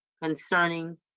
concerning